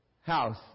house